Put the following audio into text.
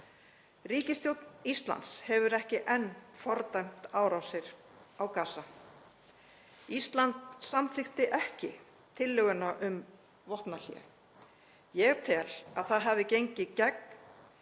Ríkisstjórn Íslands hefur ekki enn fordæmt árásir á Gaza. Ísland samþykkti ekki tillöguna um vopnahlé. Ég tel að það hafi gengið gegn